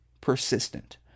persistent